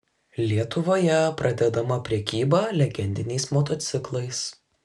lietuvoje pradedama prekyba legendiniais motociklais